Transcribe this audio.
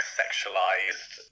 sexualized